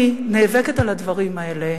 אני נאבקת על הדברים האלה